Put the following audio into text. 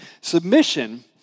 Submission